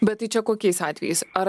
bet tai čia kokiais atvejais ar